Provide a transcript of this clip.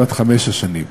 בת חמש השנים,